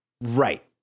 Right